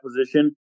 position